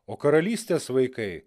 o karalystės vaikai